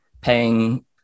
paying